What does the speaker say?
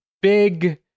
big